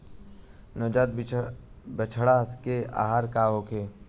नवजात बछड़ा के आहार का होखे?